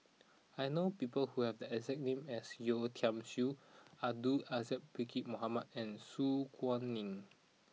I know people who have the exact name as Yeo Tiam Siew Abdul Aziz Pakkeer Mohamed and Su Guaning